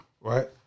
Right